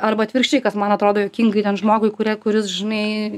arba atvirkščiai kas man atrodo juokingai ten žmogui kuria kuris žinai